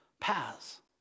paths